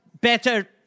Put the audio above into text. better